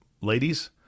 Ladies